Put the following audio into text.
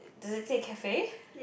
does it say cafe